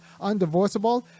undivorceable